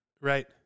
right